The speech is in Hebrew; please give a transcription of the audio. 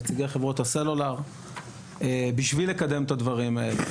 נציגי חברות הסלולר בשביל לקדם את הדברים האלה.